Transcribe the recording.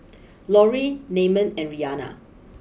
Lorrie Namon and Rhianna